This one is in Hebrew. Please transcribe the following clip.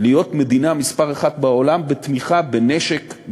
להיות מדינה מספר אחת בעולם בתמיכה בנשק,